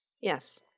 Yes